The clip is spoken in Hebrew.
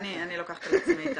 אני לוקחת על עצמי את